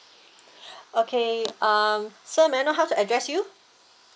okay um so may I know how to address you